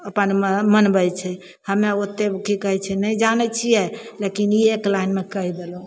अपन मनबै छै हमे ओतेक कि कहै छै नहि जानै छिए लेकिन ई एक लाइनमे कहि देलहुँ